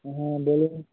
হ্যাঁ বলো